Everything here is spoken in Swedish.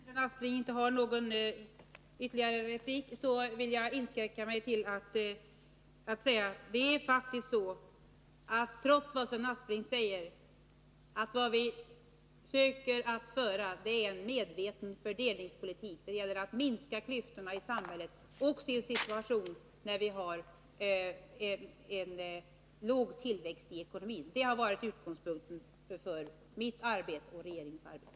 Herr talman! Eftersom Sven Aspling inte har någon ytterligare replik, vill jag inskränka mig till att säga att vad vi faktiskt försöker föra, trots vad som Sven Aspling säger, är en medveten fördelningspolitik. Det gäller att minska klyftorna i samhället också i en situation när vi har låg tillväxt i ekonomin. Det har varit utgångspunkten för mitt arbete och regeringens arbete.